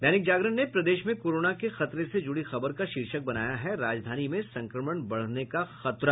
दैनिक जागरण ने प्रदेश में कोरोना के खतरे से जुड़ी खबर का शीर्षक बनाया है राजधानी में संक्रमण बढ़ने का खतरा